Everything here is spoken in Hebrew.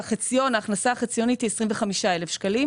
וההכנסה החציונית היא 25,000 ₪.